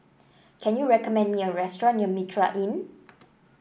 can you recommend me a restaurant near Mitraa Inn